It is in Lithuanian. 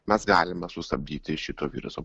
mes galime sustabdyti šito viruso